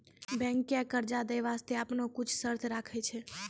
बैंकें कर्जा दै बास्ते आपनो कुछ शर्त राखै छै